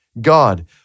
God